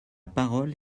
parole